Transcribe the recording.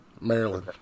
Maryland